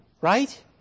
right